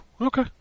okay